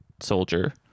soldier